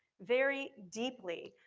very deeply,